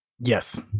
Yes